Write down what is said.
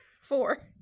four